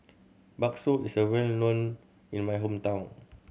bakso is well known in my hometown